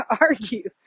argue